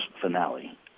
finale